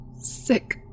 sick